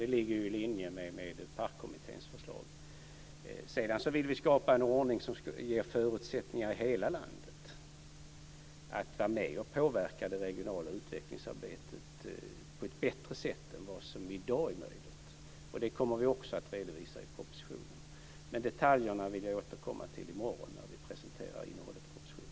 Det ligger i linje med PARK Sedan vill vi skapa en ordning som ger förutsättningar i hela landet att vara med och påverka det regionala utvecklingsarbetet på ett bättre sätt än vad som är möjligt i dag. Det kommer vi också att redovisa i propositionen, men detaljerna vill jag återkomma till i morgon, när vi presenterar innehållet i propositionen.